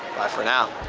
bye for now!